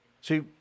See